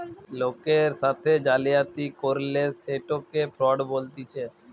লোকের সাথে জালিয়াতি করলে সেটকে ফ্রড বলতিছে